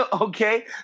okay